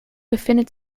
befindet